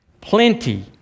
Plenty